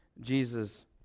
Jesus